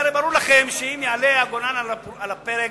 הרי ברור לכם שאם הגולן יעמוד על הפרק,